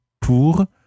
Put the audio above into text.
Pour